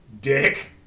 Dick